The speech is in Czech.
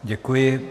Děkuji.